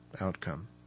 outcome